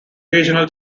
regional